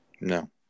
No